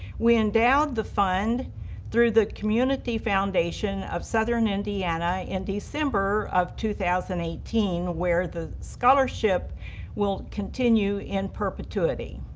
we endowed the fund through the community foundation of southern indiana in december of two thousand and eighteen where the scholarship will continue in perpetuity.